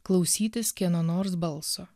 klausytis kieno nors balso